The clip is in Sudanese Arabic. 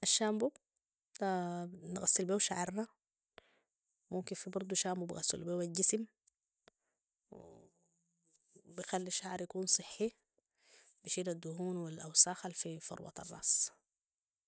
نغسل بيو شعرنا وممكن في برضو بيغسلو بيو الجسم بخلي الشعر يكون صحي بيشيل الدهون والاوساخ الفي فروة الراس